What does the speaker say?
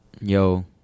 yo